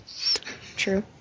True